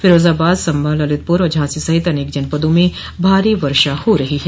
फिरोजाबाद संभल ललितपुर और झांसी सहित अनेक जनपदों में भारी बारिश हो रही ह